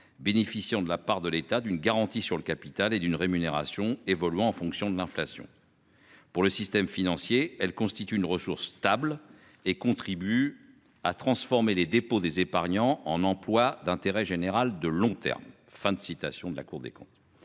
bénéficiant de la part de l'état d'une garantie sur le capital et d'une rémunération évoluant en fonction de l'inflation. Pour le système financier. Elle constitue une ressource stable et contribue à transformer les dépôts des épargnants en emplois d'intérêt général de long terme, fin de citation de la Cour des comptes.